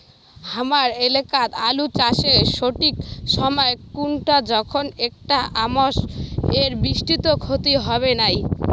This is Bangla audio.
হামার এলাকাত আলু চাষের সঠিক সময় কুনটা যখন এইটা অসময়ের বৃষ্টিত ক্ষতি হবে নাই?